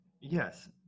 Yes